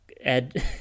Ed